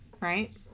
right